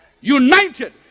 united